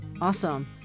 Awesome